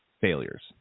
failures